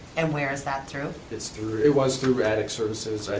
and where's that through? it's through, it was through attic services,